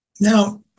Now